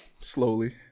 Slowly